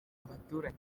abaturage